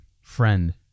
friend